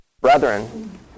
brethren